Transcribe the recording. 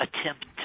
attempt